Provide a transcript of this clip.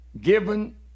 given